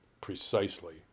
precisely